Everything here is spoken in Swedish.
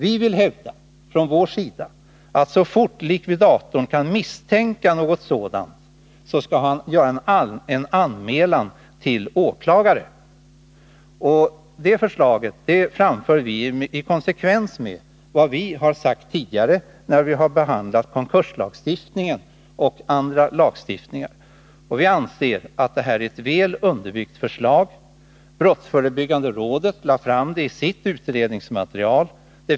Vi vill hävda att så fort likvidatorn kan misstänka något sådant, skall han göra en anmälan till åklagare. Detta förslag framför vi i konsekvens med vad vi har sagt tidigare när riksdagen har behandlat konkurslagstiftningen och andra lagstiftningar. Vi anser att detta är ett väl underbyggt förslag. Brottsförebyggande rådet lade fram det i sitt utredningsmaterial.